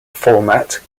format